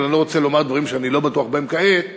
אבל אני לא רוצה לומר דברים שאני לא בטוח בהם כעת,